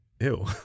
Ew